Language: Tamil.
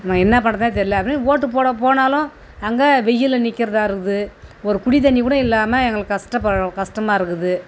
நம்ம என்ன பண்ணுறதுனே தெரில அப்படின்னு ஓட்டு போட போனாலும் அங்கே வெயிலில் நிற்கறதா இருக்குது ஒரு குடிதண்ணி கூட இல்லாமல் எங்களுக்கு கஷ்டப்ப கஷ்டமாக இருக்குது